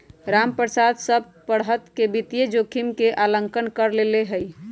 रामप्रसादवा सब प्तरह के वित्तीय जोखिम के आंकलन कर लेल कई है